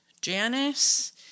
Janice